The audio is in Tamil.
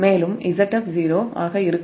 மேலும் Zf 0 ஆக போல்ட் ஃபால்ட்க்கு இருக்கும்